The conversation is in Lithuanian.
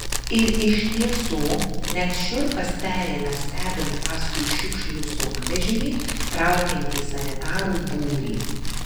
ir iš tiesų net šiurpas pereina stebint paskui šiukšlių sunkvežimį traukiantį sanitarų būrį